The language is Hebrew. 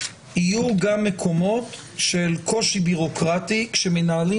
יהיו גם מקומות של קושי בירוקרטי כשמנהלים